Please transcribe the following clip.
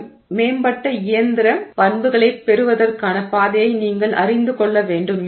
இந்த மேம்பட்ட இயந்திர பண்புகளைப் பெறுவதற்கான பாதையை நீங்கள் அறிந்து கொள்ள வேண்டும்